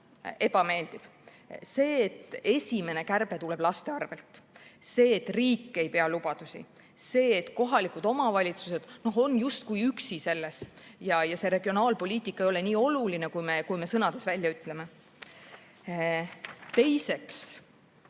et esimene kärbe tuleb laste arvel. Ja see, et riik ei pea lubadusi, see, et kohalikud omavalitsused on justkui üksi ja regionaalpoliitika ei ole nii oluline, kui kui me sõnades välja ütleme. Teiseks,